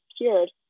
cured